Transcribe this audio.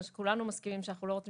אנחנו כולנו מסכימים שאנחנו לא רוצים